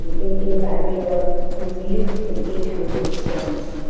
um in in bangalore, who live in eight hundred slums.